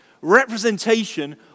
representation